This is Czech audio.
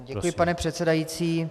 Děkuji, pane předsedající.